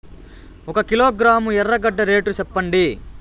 ఒక కిలోగ్రాము ఎర్రగడ్డ రేటు సెప్పండి?